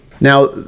Now